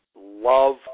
love